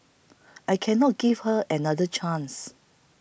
I cannot give her another chance